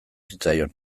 zitzaion